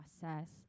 process